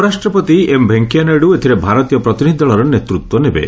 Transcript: ଉପରାଷ୍ଟ୍ରପତି ଏମ୍ ଭେଙ୍କୟାନାଇଡ଼ୁ ଏଥିରେ ଭାରତୀୟ ପ୍ରତିନିଧି ଦଳର ନେତୃତ୍ୱ ନେବେ